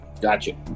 gotcha